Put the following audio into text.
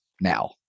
now